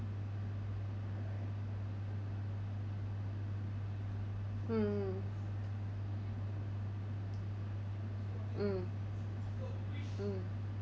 mm mm mm mm